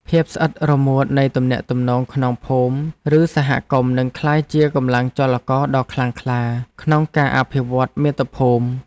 ភាពស្អិតរមួតនៃទំនាក់ទំនងក្នុងភូមិ ឬសហគមន៍នឹងក្លាយជាកម្លាំងចលករដ៏ខ្លាំងក្លាក្នុងការអភិវឌ្ឍន៍មាតុភូមិ។